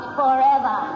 forever